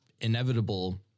inevitable